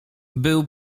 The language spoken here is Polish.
był